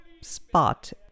spot